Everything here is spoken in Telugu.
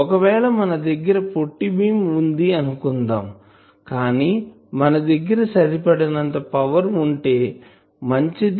ఒకవేళ మన దగ్గర పొట్టి బీమ్ వుంది అని అనుకుందాం కానీ మన దగ్గర సరిపడినంత పవర్ ఉంటే మంచిది